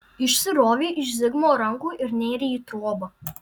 išsirovei iš zigmo rankų ir nėrei į trobą